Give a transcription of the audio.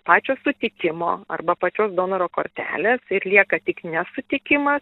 pačio sutikimo arba pačios donoro kortelės ir lieka tik nesutikimas